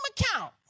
account